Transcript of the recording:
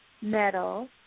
metal